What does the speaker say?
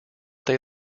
they